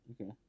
Okay